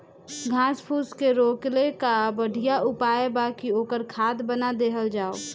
घास फूस के रोकले कअ बढ़िया उपाय बा कि ओकर खाद बना देहल जाओ